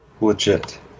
legit